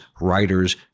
writers